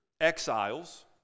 exiles